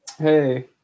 Hey